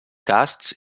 casts